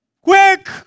Quick